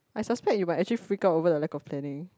I suspect you might actually freak out over the lack of planning